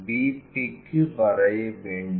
P க்கு வரைய வேண்டும்